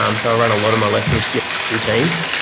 um so i run a lot of my lessons yeah through teams.